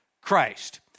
Christ